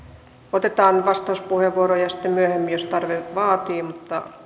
otetaan vastauspuheenvuoroja sitten myöhemmin jos tarve vaatii mutta